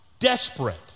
desperate